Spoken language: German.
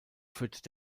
führt